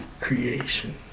creation